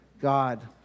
God